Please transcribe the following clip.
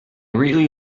really